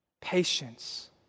Patience